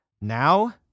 Now